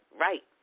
Right